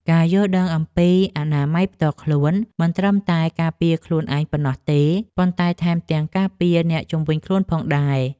ការយល់ដឹងអំពីអនាម័យផ្ទាល់ខ្លួនមិនត្រឹមតែការពារខ្លួនឯងប៉ុណ្ណោះទេ ប៉ុន្តែថែមទាំងការពារអ្នកជុំវិញខ្លួនផងដែរ។